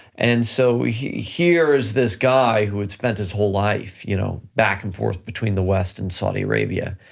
and so he here is this guy who had spent his whole life you know back and forth between the west and saudi arabia,